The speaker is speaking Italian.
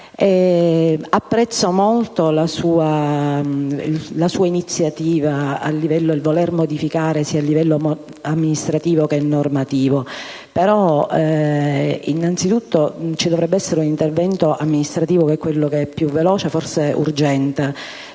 Apprezzo molto la sua iniziativa nel voler apportare modifiche sia a livello normativo che amministrativo, però innanzitutto ci dovrebbe essere un intervento amministrativo, che è quello più veloce e forse urgente,